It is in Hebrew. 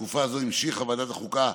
בתקופה הזאת המשיכה ועדת החוקה,